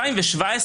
2017